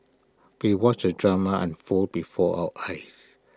we watched the drama unfold before our eyes